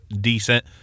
decent